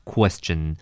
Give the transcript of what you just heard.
Question